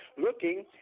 looking